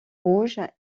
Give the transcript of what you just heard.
rouge